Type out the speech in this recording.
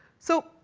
so,